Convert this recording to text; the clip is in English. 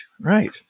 right